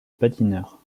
patineurs